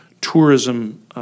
tourism